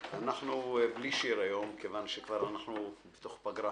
אנחנו בלי שיר היום, כי אנחנו בתוך פגרה